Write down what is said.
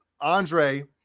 Andre